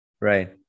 Right